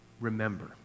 Remember